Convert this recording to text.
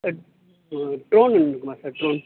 அ ஒரு ட்ரோன் ஒன்று இருக்குமா சார் ட்ரோன்